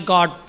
God